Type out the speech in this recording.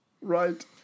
Right